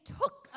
took